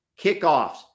Kickoffs